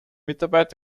mitarbeit